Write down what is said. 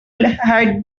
had